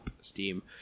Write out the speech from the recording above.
Steam